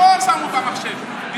כי לא שמו ביטול במחשב,